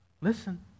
Listen